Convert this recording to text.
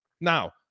Now